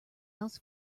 else